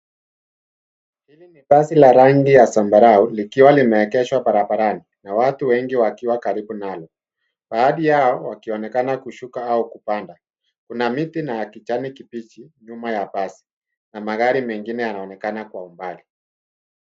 Hili na basi la rangi ya zambarau likiwa limeekeshwa barabarani na watu wengi wakiwa karibu nalo. Baadhi yao wakionekana kushuka au kupanda. Kuna miti ya kijani kibichi nyuma ya basi. Na magari mengine yanaonekana kwa umbali.